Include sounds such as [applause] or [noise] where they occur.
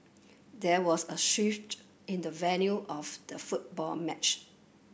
there was a [unintelligible] in the venue off the football match